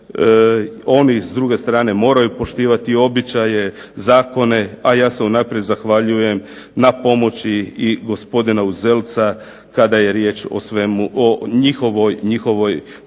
Oni s druge strane moraju poštivati običaje, zakone, a ja se unaprijed zahvaljujem na pomoći gospodina Uzelca kada je riječ o njihovoj problematici